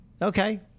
Okay